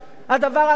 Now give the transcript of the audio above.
הדבר הנכון,